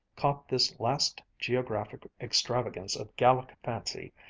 caught this last geographic extravagance of gallic fancy,